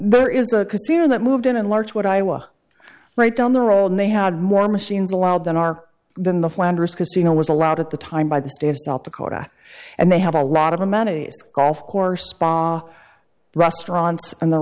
there is a casino that moved in and large what iowa right down the road and they had more machines allowed than our than the flanders casino was allowed at the time by the state of south dakota and they have a lot of amenities golf course restaurants and the